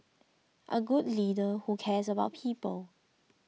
a good leader who cares about people